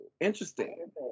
interesting